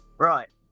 Right